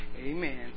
amen